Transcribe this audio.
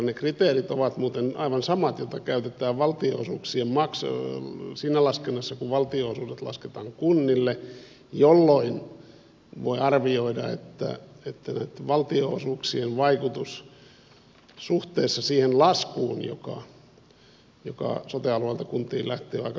ne kriteerit ovat muuten aivan samat joita käytetään siinä laskennassa kun valtionosuudet lasketaan kunnille jolloin voi arvioida että näitten valtionosuuksien vaikutus suhteessa siihen laskuun joka sote alueelta kuntiin lähtee on aika yhdenvertainen